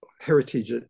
heritage